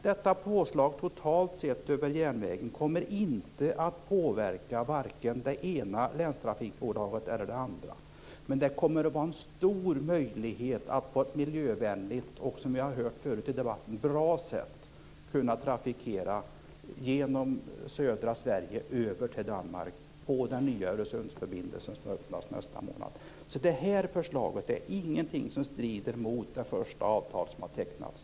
Detta påslag över järnvägen totalt sett kommer inte att påverka vare sig det ena länstrafikbolaget eller det andra, men det kommer att vara en stor möjlighet att på ett miljövänligt och bra sätt, som vi har hört förut i debatten, trafikera genom södra Sverige och över till Danmark på den nya Öresundsförbindelsen, som öppnas nästa månad. Det här förslaget är ingenting som strider mot det första avtal som tecknades.